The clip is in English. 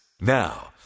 now